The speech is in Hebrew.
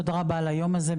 תודה רבה על היום הזה,